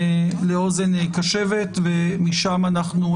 אה אוקיי, אז יש לנו הרבה מאוד זמן לחברה האזרחית.